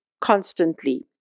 constantly